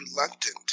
reluctant